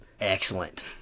Excellent